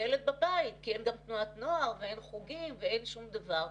הילד בבית כי אין גם תנועת נוער ואין חוגים ואין שום דבר.